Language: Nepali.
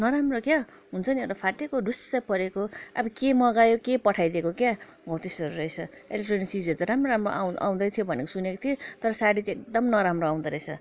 नराम्रो क्या हुन्छ नि एउटा फाटेको ढुस्सै परेको अब के मगायो के पठाइदिएको क्या हो त्यस्तोहरू रहेछ इलेक्ट्रोनिक चिजहरू त राम्रो राम्रो आउ आउँदै थियो भनेको सुनेको थिएँ तर साडी चाहिँ एकदम नराम्रो आउँदो रहेछ